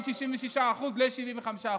מ-66% ל-75%.